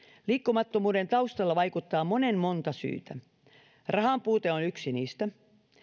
liikkumattomuuden taustalla vaikuttaa monen monta syytä rahanpuute on yksi niistä